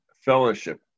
fellowship